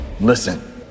listen